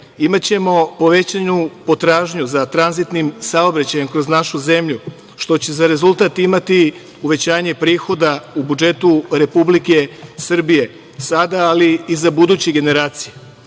imaćemo povećanu potražnju za tranzitnim saobraćajem kroz našu zemlju, što će za rezultat imati uvećanje prihoda u budžetu Republike Srbije sada, ali i za buduće generacije.